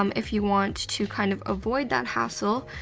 um if you want to kind of avoid that hassle,